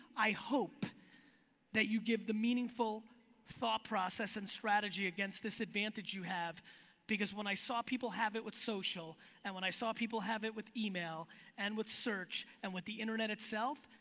i hope that you give the meaningful thought process and strategy against this advantage you have because when i saw people have it with social and when i saw people have it with email and with search and with the internet itself,